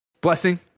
Blessing